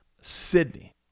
Sydney